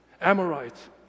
Amorites